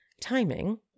timing